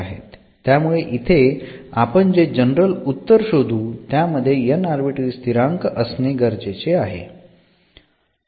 त्यामुळे इथे आपण जे जनरल उत्तर शोधू त्यामध्ये n आर्बिट्ररी स्थिरांक असणे गरजेचे आहे